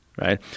right